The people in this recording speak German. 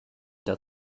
der